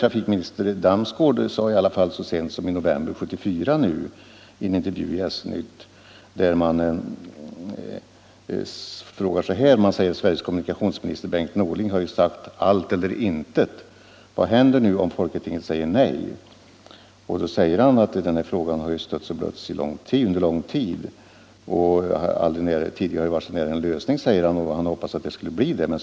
Jag vill dock peka på en intervju i SJ-Nytt så sent som i november 1974, där följande fråga ställdes till trafikminister Damsgaard: ”Sveriges kommunikationsminister, Bengt Norling, har ju sagt allt eller intet. Vad händer om Folketinget säger Nej?” Trafikminister Damsgaard svarade på denna fråga bl.a. följande: ”Den här frågan har stötts och blötts i 40 års tid ———-. Aldrig tidigare har vi varit så nära en lösning. Därför hoppas jag att det blir ja.